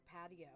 patio